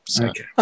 Okay